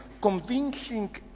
convincing